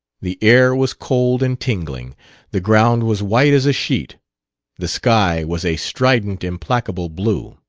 the air was cold and tingling the ground was white as a sheet the sky was a strident, implacable blue.